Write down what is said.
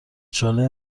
چاله